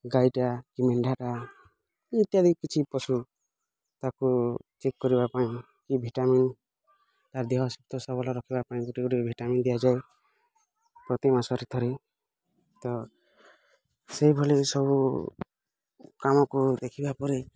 ଗାଈଟା କି ମେଣ୍ଡାଟା ଇତ୍ୟାଦି କିଛି ପଶୁ ତାକୁ ଚେକ୍ କରିବା ପାଇଁ କି ଭିଟାମିନ୍ ତା'ର୍ ଦେହ ସୁସ୍ଥ ସବଳ ରଖିବା ପାଇଁ ଗୋଟେ ଗୋଟେ ଭିଟାମିନ୍ ଦିଆଯାଏ ପ୍ରତି ମାସରେ ଥରେ ତ ସେଭଲି ସବୁ କାମକୁ ଦେଖିବା ପରେ